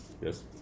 Yes